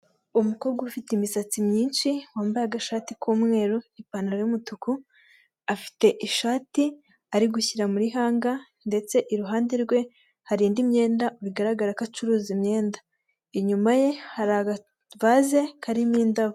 Umukobwa ufite imisatsi myinshi, wambaye agashati k'umweru n'ipantaro y'umutuku, afite ishati ari gushyira muri hanga, ndetse iruhande rwe hari indi myenda, bigaragara ko acuruza imyenda. Inyuma ye hari akavaze karimo indabo.